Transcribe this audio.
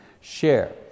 share